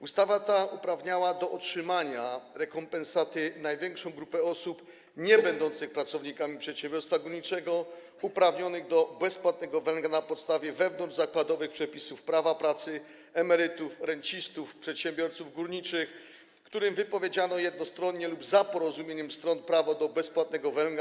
Ustawa ta uprawniała do otrzymania rekompensaty największą grupę osób niebędących pracownikami przedsiębiorstwa górniczego, uprawnionych do bezpłatnego węgla na podstawie wewnątrzzakładowych przepisów prawa pracy - emerytów i rencistów przedsiębiorstw górniczych, którym wypowiedziano jednostronnie lub za porozumieniem stron prawo do bezpłatnego węgla.